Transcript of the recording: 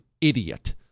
idiot